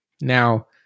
Now